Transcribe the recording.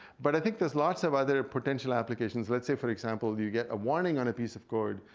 but i think there's lots of other potential applications. let's say for example, you get a warning on a piece of code,